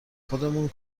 خودمون